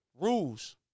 rules